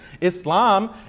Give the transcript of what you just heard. Islam